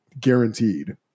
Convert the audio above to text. guaranteed